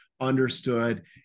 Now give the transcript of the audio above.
Understood